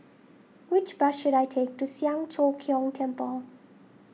which bus should I take to Siang Cho Keong Temple